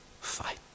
fight